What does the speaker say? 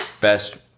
best